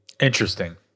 Interesting